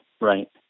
right